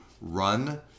run